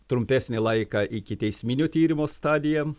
trumpesnį laiką ikiteisminių tyrimų stadija